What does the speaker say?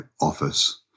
office